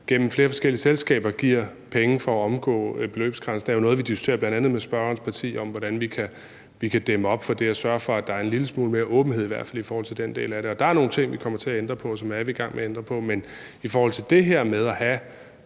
gennem flere forskellige selskaber giver penge for at omgå beløbsgrænsen, er jo noget, vi diskuterer bl.a. med spørgerens parti, herunder hvordan vi kan dæmme op for det og sørge for, at der er en lille smule mere åbenhed i hvert fald i forhold til den del af det. Og der er nogle ting, vi kommer til at ændre på, og som vi er i gang med at ændre på. Men i forhold til det her med at have